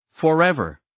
Forever